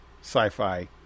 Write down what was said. sci-fi